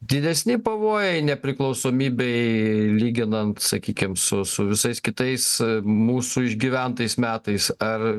didesni pavojai nepriklausomybei lyginant sakykim su su visais kitais mūsų išgyventais metais ar